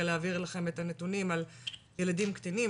להעביר אליכם את הנונים על ילדים קטינים,